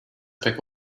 pek